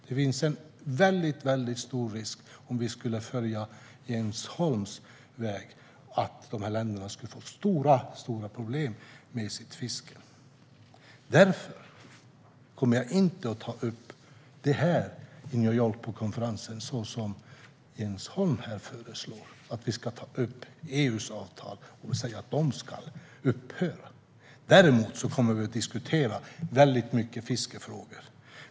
Det finns en väldigt stor risk om vi skulle följa Jens Holms väg att dessa länder skulle få stora problem med sitt fiske. Därför kommer jag inte att ta upp detta i New York på konferensen så som Jens Holm här föreslår - att vi ska ta upp EU:s avtal och säga att de ska upphöra. Däremot kommer vi att diskutera väldigt många fiskefrågor.